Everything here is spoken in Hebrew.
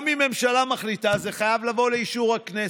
גם אם ממשלה מחליטה, זה חייב לבוא לאישור הכנסת.